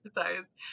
exercise